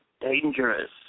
Dangerous